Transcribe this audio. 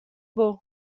buc